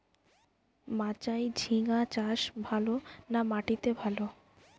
মাচায় ঝিঙ্গা চাষ ভালো না মাটিতে ভালো?